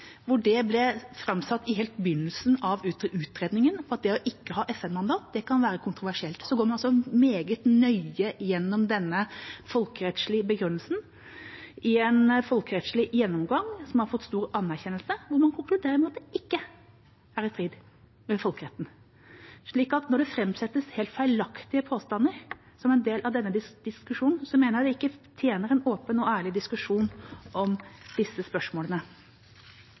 hvor det ble framsatt helt i begynnelsen av utredningen at det å ikke ha FN-mandat, kan være kontroversielt. Så går man meget nøye gjennom den folkerettslige begrunnelsen, i en folkerettslig gjennomgang som har fått stor anerkjennelse, hvor man konkluderer med at det ikke er i strid med folkeretten. Så når det framsettes helt feilaktige påstander som en del av denne diskusjonen, mener jeg det ikke tjener en åpen og ærlig diskusjon om disse spørsmålene.